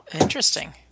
Interesting